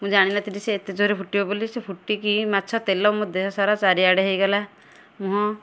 ମୁଁ ଜାଣିନଥିଲି ସିଏ ଏତେ ଜୋରରେ ଫୁଟିବ ବୋଲି ସିଏ ଫୁଟିକି ମାଛ ତେଲ ମୋ ଦେହସାରା ଚାରିଆଡ଼େ ହୋଇଗଲା ମୁଁହ